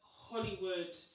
Hollywood